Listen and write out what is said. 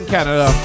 Canada